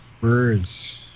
Birds